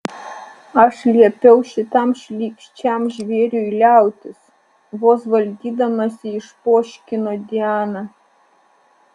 aš liepiau šitam šlykščiam žvėriui liautis vos valdydamasi išpoškino diana